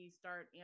start